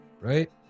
right